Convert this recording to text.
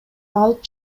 алып